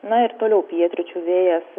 na ir toliau pietryčių vėjas